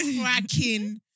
cracking